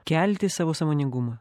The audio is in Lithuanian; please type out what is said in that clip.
kelti savo sąmoningumą